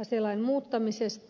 aselain muuttamisesta